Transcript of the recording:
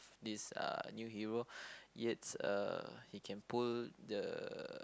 this uh new hero yet uh he can pull the